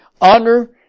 honor